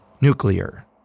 nuclear